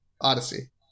Odyssey